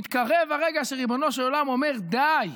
מתקרב הרגע שריבונו של עולם אומר: די,